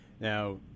Now